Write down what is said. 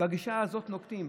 שבגישה הזאת נוקטים.